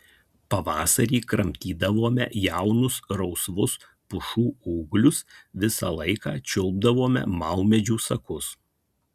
pavasarį kramtydavome jaunus rausvus pušų ūglius visą laiką čiulpdavome maumedžių sakus